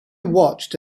watched